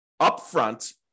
upfront